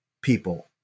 people